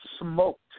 smoked